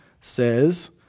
says